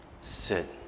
sit